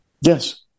Yes